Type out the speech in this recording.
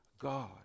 God